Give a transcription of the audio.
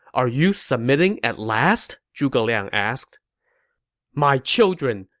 are you submitting at last? zhuge liang asked my children,